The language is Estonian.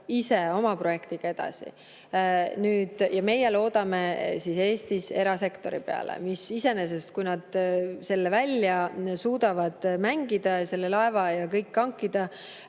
ise oma projektiga edasi ja meie loodame Eestis erasektori peale. Iseenesest, kui nad selle välja suudavad mängida, selle laeva ja kõik hankida,